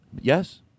Yes